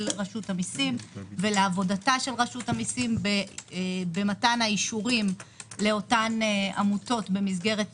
רשות המיסים ולעבודתה של רשות המיסים במתן האישורים לאותן עמותות במסגרת